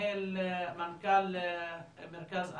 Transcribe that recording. מנכ"ל מרכז 'אמאן'.